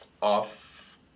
off